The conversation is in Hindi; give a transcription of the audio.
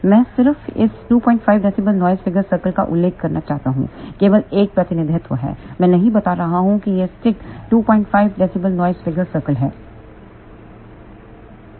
मैं सिर्फ इस 25 db नॉइस फिगर सर्कल का उल्लेख करना चाहता हूं केवल एक प्रतिनिधित्व है मैं नहीं बता रहा हूं कि यह सटीक 25 db नॉइस फिगर सर्कल है